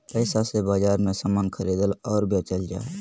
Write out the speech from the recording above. पैसा से बाजार मे समान खरीदल और बेचल जा हय